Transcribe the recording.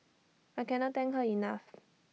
I cannot thank her enough